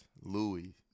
Louis